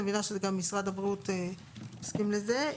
אני מבינה שגם משרד הבריאות הסכים לזה.